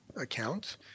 account